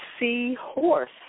Seahorse